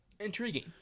Intriguing